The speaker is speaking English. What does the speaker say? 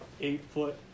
eight-foot